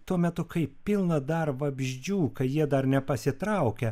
tuo metu kai pilna dar vabzdžių kai jie dar nepasitraukia